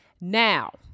Now